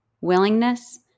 willingness